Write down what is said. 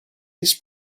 this